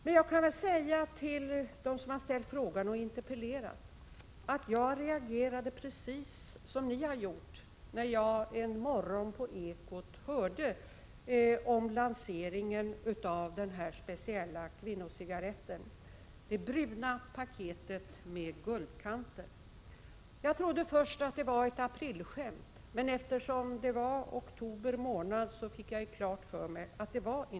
Men jag kan säga till dem som ställt frågor och interpellerat att jag reagerade precis som ni har gjort, när jag en morgon på Ekot hörde om lanseringen av denna speciella kvinnocigarett — ”det bruna paketet med guldkanter”. Först trodde jag det var fråga om ett aprilskämt, men eftersom det var oktober månad fick jag snart klart för mig att det inte var så.